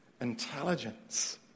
intelligence